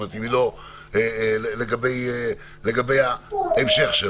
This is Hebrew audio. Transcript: ויותר מזה, איתן, אני לא אוהב את ההמצאה הזו.